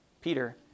peter